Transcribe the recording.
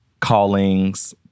callings